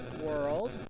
world